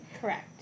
Correct